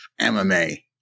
MMA